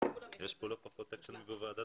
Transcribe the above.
מתכבד לפתוח את ישיבת הוועדה.